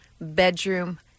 bedroom